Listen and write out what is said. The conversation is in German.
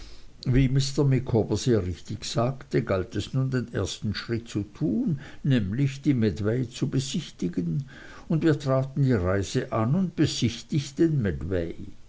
wie mr micawber sehr richtig sagte galt es nun den ersten schritt zu tun nämlich die medway zu besichtigen und wir traten die reise an und besichtigten